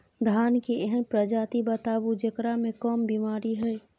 धान के एहन प्रजाति बताबू जेकरा मे कम बीमारी हैय?